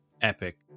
epic